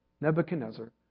Nebuchadnezzar